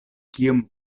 kiom